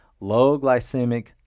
low-glycemic